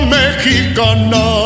mexicana